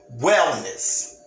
wellness